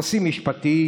נושאים משפטיים,